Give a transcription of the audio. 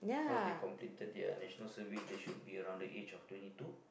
once they completed their National Service they should be around the age of twenty two